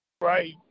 Right